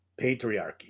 patriarchy